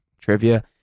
trivia